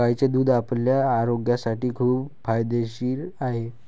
गायीचे दूध आपल्या आरोग्यासाठी खूप फायदेशीर आहे